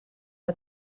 que